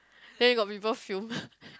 then it got film lah